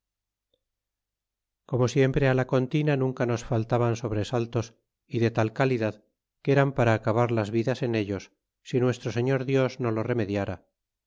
como siempre la cgn tina nunca nos faltaban sobresaltos y de tal calidad que eran para acabar las vidas en ellos si nuestro señor dios no lo remediara